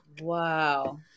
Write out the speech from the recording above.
Wow